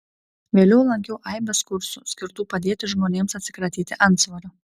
vėliau lankiau aibes kursų skirtų padėti žmonėms atsikratyti antsvorio